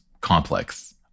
complex